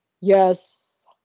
yes